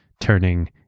turning